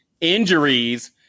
injuries